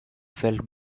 felt